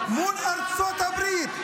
מול ארצות הברית.